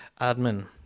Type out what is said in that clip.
admin